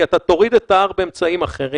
כי אתה תוריד את ה-R באמצעים אחרים.